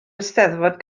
eisteddfod